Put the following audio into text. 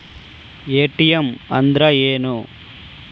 ATM ಅಂದ್ರ ಏನು?